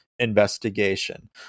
investigation